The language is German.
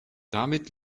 damit